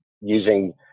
using